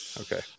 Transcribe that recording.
okay